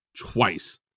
twice